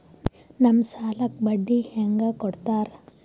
ನಮ್ ಸಾಲಕ್ ಬಡ್ಡಿ ಹ್ಯಾಂಗ ಕೊಡ್ತಾರ?